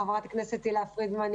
חברת הכנסת תהלה פרידמן,